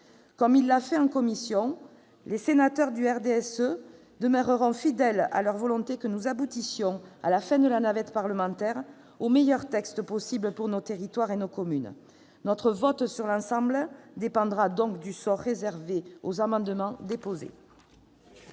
Comme ils l'ont fait en commission, les sénateurs du RDSE demeureront fidèles à leur volonté que nous aboutissions, à la fin de la navette parlementaire, au meilleur texte possible pour nos territoires et nos communes. Notre vote sur l'ensemble dépendra donc du sort réservé aux amendements déposés.